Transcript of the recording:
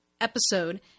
episode